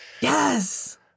Yes